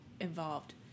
involved